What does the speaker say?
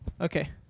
Okay